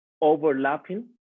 overlapping